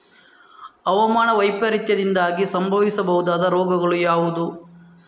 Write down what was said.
ಹವಾಮಾನ ವೈಪರೀತ್ಯದಿಂದಾಗಿ ಸಂಭವಿಸಬಹುದಾದ ರೋಗಗಳು ಯಾವುದು?